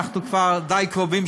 אנחנו כבר די קרובים,